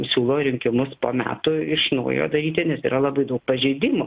siūlo rinkimus po metų iš naujo daryti nes yra labai daug pažeidimų